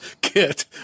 Kit